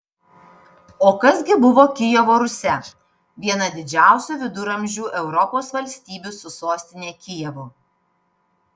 o kas gi buvo kijevo rusia viena didžiausių viduramžių europos valstybių su sostine kijevu